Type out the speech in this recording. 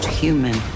human